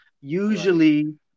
Usually